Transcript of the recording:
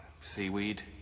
seaweed